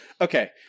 okay